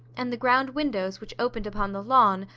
and the ground-windows, which opened upon the lawn,